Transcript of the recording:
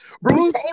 Bruce